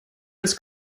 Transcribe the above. his